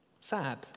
sad